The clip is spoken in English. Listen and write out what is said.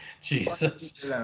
Jesus